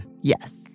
Yes